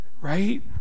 right